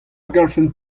garfen